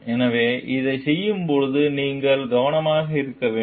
எனவே இதைச் செய்யும்போது நீங்கள் கவனமாக இருக்க வேண்டும்